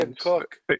Cook